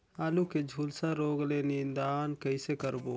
आलू के झुलसा रोग ले निदान कइसे करबो?